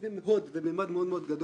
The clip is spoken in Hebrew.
יש בהן נבואות, זה מימד מאוד גדול.